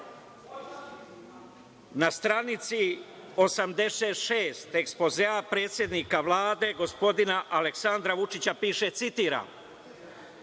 stranici 86. ekspozea predsednika Vlade, gospodina Aleksandra Vučića piše, citiram